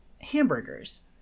hamburgers